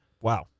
Wow